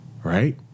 Right